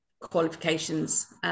qualifications